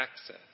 access